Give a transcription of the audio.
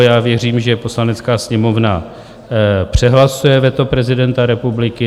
Já věřím, že Poslanecká sněmovna přehlasuje veto prezidenta republiky.